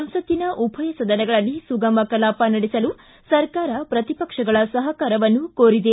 ಸಂಸತ್ತಿನ ಉಭಯ ಸದನಗಳಲ್ಲಿ ಸುಗಮ ಕಲಾಪ ನಡೆಸಲು ಸರ್ಕಾರ ಪ್ರತಿಪಕ್ಷಗಳ ಸಹಕಾರವನ್ನು ಕೋರಿದೆ